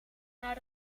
naar